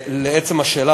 לעצם השאלה,